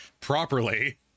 properly